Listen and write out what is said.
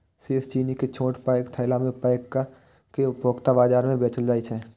शेष चीनी कें छोट पैघ थैला मे पैक कैर के उपभोक्ता बाजार मे बेचल जाइ छै